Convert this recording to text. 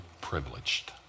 privileged